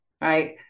right